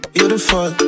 Beautiful